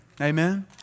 Amen